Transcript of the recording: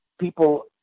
people